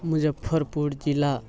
मुजफ्फरपुर जिला